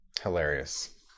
hilarious